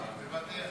מוותר.